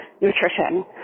nutrition